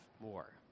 more